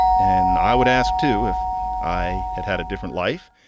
and i would ask, too, if i had had a different life.